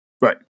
right